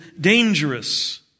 dangerous